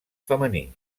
femení